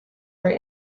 are